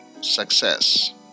success